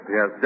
Yes